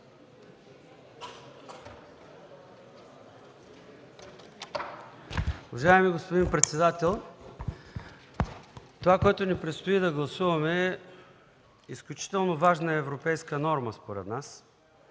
Уважаеми господин председател, това, което ни предстои да гласуваме, е изключително важна европейска норма според нас,